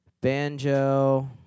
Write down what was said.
banjo